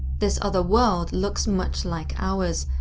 this otherworld looks much like ours,